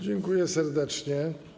Dziękuję serdecznie.